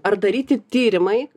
ar daryti tyrimai